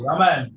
Amen